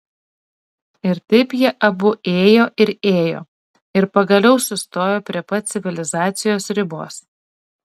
ir taip jie abu ėjo ir ėjo ir pagaliau sustojo prie pat civilizacijos ribos